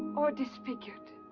or disfigured.